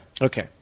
Okay